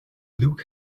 luke